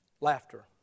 Laughter